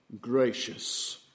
gracious